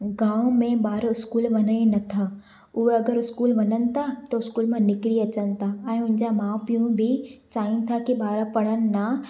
गांव में ॿारु स्कूल वञनि नथा उहे अॻरि स्कूल वञनि था त स्कूल म निकिरी अचनि था ऐं हुननि जा माउ पीउ बि चाहिनि था कि ॿार पढ़नि न